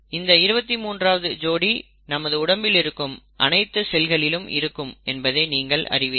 இந்த 23 ஆவது ஜோடி நமது உடம்பில் இருக்கும் அனைத்து செல்களிலும் இருக்கும் என்பதை நீங்கள் அறிவீர்கள்